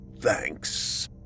thanks